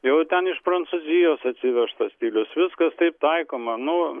jau ten iš prancūzijos atsivežtas stilius viskas taip taikoma nu